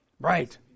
Right